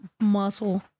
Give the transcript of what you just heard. muscle